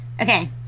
okay